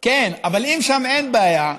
אבל לא זו הבעיה.